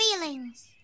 feelings